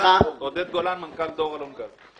אני עודד גולן, מנכ"ל דור אלון גז.